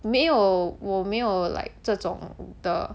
没有我没有 like 这种的